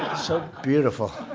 so beautiful.